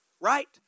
right